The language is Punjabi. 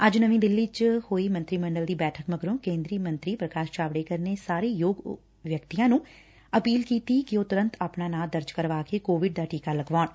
ਅੱਜ ਨਵੀਂ ਦਿੱਲੀ ਚ ਹੋਈ ਮੰਤਰੀ ਮੰਡਲ ਦੀ ਬੈਠਕ ਮਗਰੋਂ ਕੇਂਦਰੀ ਮੰਤਰੀ ਪ੍ਰਕਾਸ਼ ਜਾਵੜੇਕਰ ਨੇ ਸਾਰੇ ਯੋਗ ਵਿਅਕਤੀਆਂ ਨੂੰ ਅਪੀਲ ਕੀਤੀ ਕਿ ਉਹ ਤੁਰੰਤ ਆਪਣਾ ਨਾ ਦਰਜ ਕਰਵਾਕੇ ਕੋਵਿਡ ਦਾ ਟੀਕਾ ਲਗਵਾਉਣ